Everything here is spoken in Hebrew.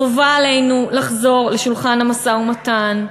חובה עלינו לחזור לשולחן המשא-ומתן,